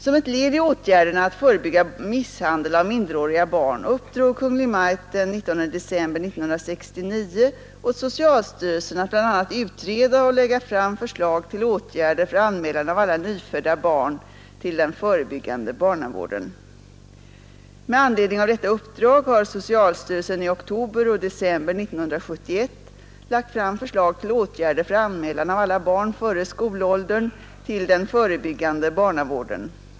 Som ett led i åtgärderna för att förebygga misshandel av minderåriga barn uppdrog Kungl. Maj:t den 19 december 1969 åt socialstyrelsen att bl.a. utreda och lägga fram förslag till åtgärder för anmälan av alla nyfödda barn till den förebyggande barnavården. Med anledning av detta uppdrag har socialstyrelsen i oktober och december 1971 lagt fram förslag till åtgärder för anmälan av alla barn före skolåldern till den förebyggande barnavården.